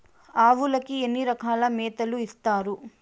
ఆవులకి ఎన్ని రకాల మేతలు ఇస్తారు?